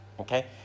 Okay